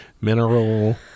mineral